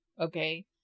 okay